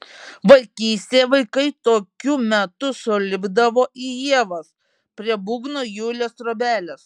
vaikystėje vaikai tokiu metu sulipdavo į ievas prie būgno julės trobelės